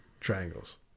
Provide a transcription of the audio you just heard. triangles